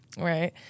right